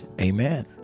Amen